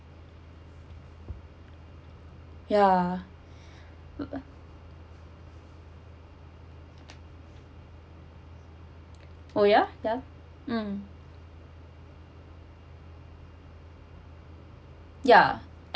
ya oh ya ya um ya